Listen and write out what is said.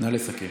נא לסכם.